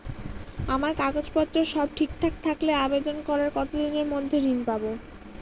আমার কাগজ পত্র সব ঠিকঠাক থাকলে আবেদন করার কতদিনের মধ্যে ঋণ পাব?